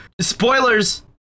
Spoilers